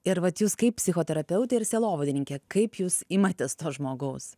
ir vat jūs kaip psichoterapeutė ir sielovadininkė kaip jūs imatės to žmogaus